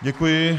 Děkuji.